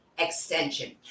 extension